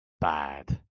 bad